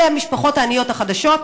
אלה הן המשפחות העניות החדשות.